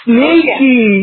Sneaky